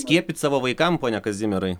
skiepyt savo vaikams pone kazimierai